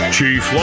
Chief